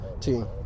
team